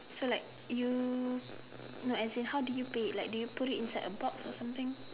so like you as in how do you pay do you put it inside a box or something